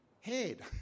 head